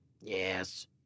Yes